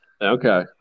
Okay